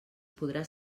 podrà